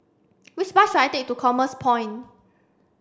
which bus should I take to Commerce Point